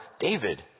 David